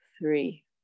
Three